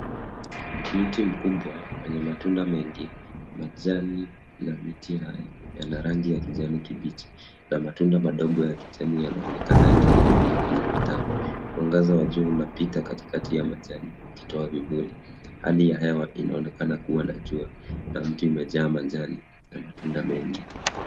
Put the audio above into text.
Mti mkubwa wenye matunda mengi. Majani ya mti haya yana rangi ya kijani kibichi na matunda madogo ya kitani yanaonekana yakining'inia kwenye matawi. Mwangaza wa jua unapita katikati ya majani ukitoa vivuli. Hali ya hewa inaonekana kua na jua na mti umejaa majani na matunda mengi.